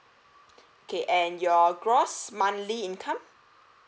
okay and your gross monthly income